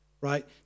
right